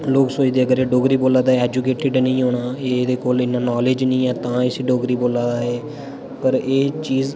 लोग सोचदे अगर एह् डोगरी बोला दा एजुकेटेड निं होना ऐ एह्दे कोल इ'न्ना नॉलेज निं ऐ तां इसी डोगरी बोला दा एह् पर एह् चीज़